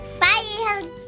bye